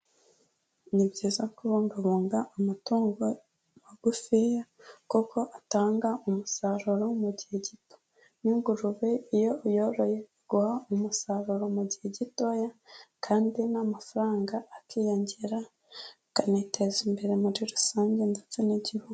Ni byiza kubungabunga amatungo magufiya kuko atanga umusaruro mu gihe gito, nk'ingurube iyo uyoroye iguha umusaruro mu gihe gitoya kandi n'amafaranga akiyongera, ukaniteza imbere muri rusange ndetse n'igihugu.